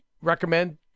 recommend